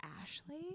Ashley